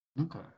okay